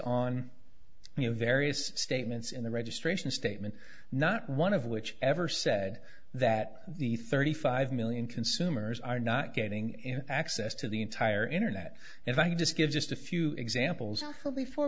on you know various statements in the registration statement not one of which ever said that the thirty five million consumers are not getting access to the entire internet if i could just give just a few examples awful before